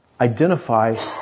identify